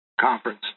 conference